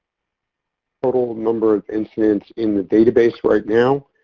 total number of incidents in the database right now